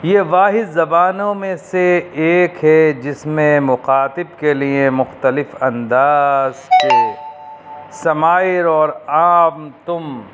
یہ واحد زبانوں میں سے ایک ہے جس میں مخاطب کے لیے مختلف انداز ہے سماع اور عام تم